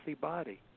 body